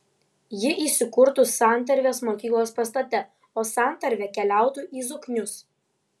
ji įsikurtų santarvės mokyklos pastate o santarvė keliautų į zoknius